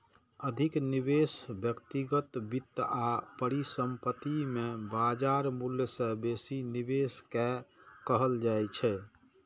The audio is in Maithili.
अधिक निवेश व्यक्तिगत वित्त आ परिसंपत्ति मे बाजार मूल्य सं बेसी निवेश कें कहल जाइ छै